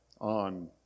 on